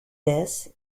this